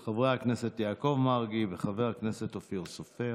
של חברי הכנסת יעקב מרגי וחבר הכנסת אופיר סופר.